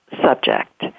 subject